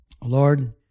Lord